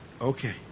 Okay